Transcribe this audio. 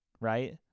right